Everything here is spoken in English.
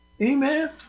Amen